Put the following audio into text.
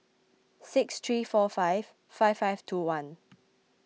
six three four five five five two one